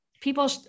people